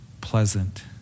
pleasant